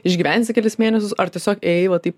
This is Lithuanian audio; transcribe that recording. išgyvensi kelis mėnesius ar tiesiog ėjai va taip